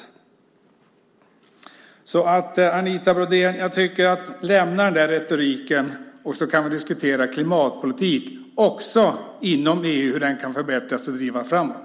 Jag tycker att Anita Brodén ska lämna den retoriken, så kan vi diskutera hur klimatpolitiken, också inom EU, kan förbättras och drivas framåt.